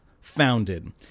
founded